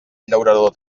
llaurador